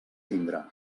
tindrà